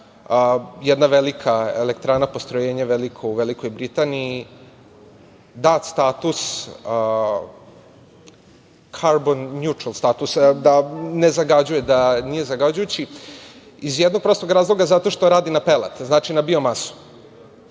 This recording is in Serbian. jedna velika elektrana, postrojenje veliko u Velikoj Britaniji, dat carbon neutral status, da nije zagađujući, iz jednog prostog razloga zato što radi na pelet, znači na biomasu.